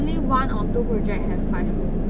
only one or two project have five room